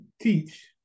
teach